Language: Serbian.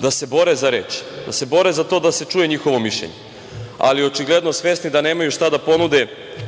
da se bore za reč, da se bore za to da se čuje njihovo mišljenje. Očigledno svesni da nemaju šta da ponude